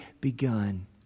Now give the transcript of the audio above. begun